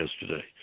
yesterday